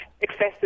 excessive